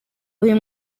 uyu